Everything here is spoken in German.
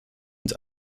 und